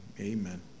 Amen